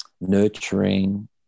nurturing